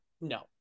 No